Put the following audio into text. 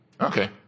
Okay